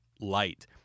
light